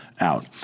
out